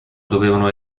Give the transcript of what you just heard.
dovevano